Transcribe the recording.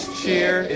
cheer